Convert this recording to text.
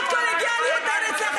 תגידי לי, על מה את מדברת?